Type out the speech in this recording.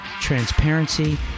transparency